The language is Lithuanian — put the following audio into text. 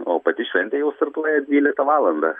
o pati šventė jau startuoja dvyliktą valandą